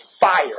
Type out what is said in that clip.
fire